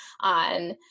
on